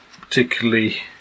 particularly